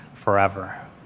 forever